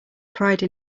pride